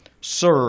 sir